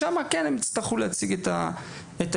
שם הם יצטרכו להציג את האישורים.